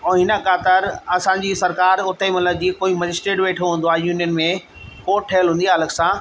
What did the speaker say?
ऐं हिन ख़ातिरि असांजी सरकारि उते मतलबु जीअं कोई मजिस्ट्रेड वेठो हूंदो आहे यूनियन में कोट ठहियल हूंदी आहे अलॻि सां